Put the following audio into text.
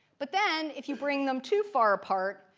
but then if you bring them too far apart,